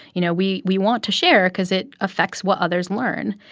you know, we we want to share cause it affects what others learn.